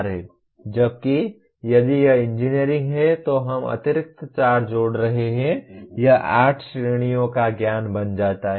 जबकि यदि यह इंजीनियरिंग है तो हम अतिरिक्त 4 जोड़ रहे हैं और यह 8 श्रेणियों का ज्ञान बन जाता है